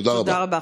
תודה רבה.